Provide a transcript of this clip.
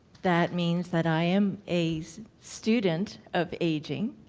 that means that i am a student of aging.